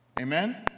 Amen